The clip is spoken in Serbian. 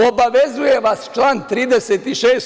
Obavezuje vas član 36.